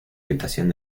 habitación